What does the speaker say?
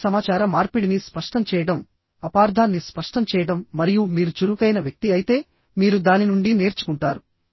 తప్పుడు సమాచార మార్పిడిని స్పష్టం చేయడం అపార్థాన్ని స్పష్టం చేయడం మరియు మీరు చురుకైన వ్యక్తి అయితే మీరు దాని నుండి నేర్చుకుంటారు